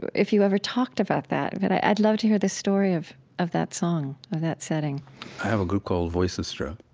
if you ever talked about that but i'd love to hear the story of of that song, of that setting i have a group called voicestra,